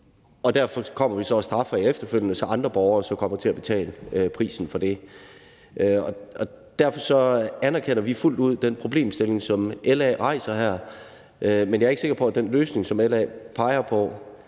derfor kommer vi så og straffer jer efterfølgende, så andre borgere kommer til at betale prisen for det. Vi anerkender fuldt ud den problemstilling, som LA rejser her, men jeg er ikke sikker på, at den løsning, som LA peger på,